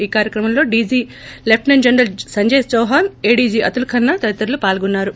ఈ కార్యక్రమంలో DG lieutenant general Sanjay Chauhan ADG Atul Khanna తదితరులు పాల్గొన్నారు